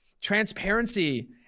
transparency